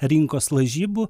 rinkos lažybų